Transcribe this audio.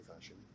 fashion